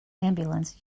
ambulance